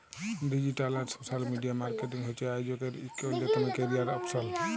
digital আর social media marketing হছে আইজকের ইক অল্যতম ক্যারিয়ার অপসল